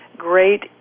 great